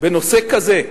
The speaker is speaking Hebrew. בנושא כזה,